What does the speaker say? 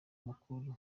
mukura